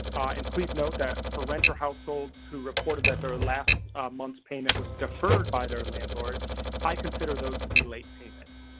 and please note that for renter households who reported that their last month's payment was deferred by their landlord i consider those to be late payment.